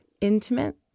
intimate